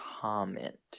comment